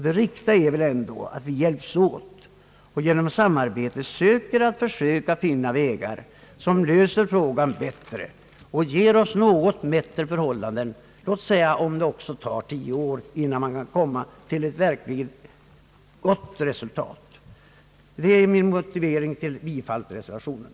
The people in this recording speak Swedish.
Det riktiga är väl ändå att vi hjälps åt och genom samarbete söker finna vägar att lösa frågan och skapa bättre förhållanden, även om det tar tio år innan man kan helt häva personalbristen. Jag yrkar bifall till reservationen.